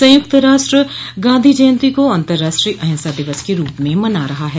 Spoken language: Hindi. संयुक्त राष्ट्र गांधी जयंती को अंतराष्ट्रीय अहिंसा दिवस के रूप में मना रहा है